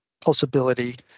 possibility